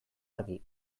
argi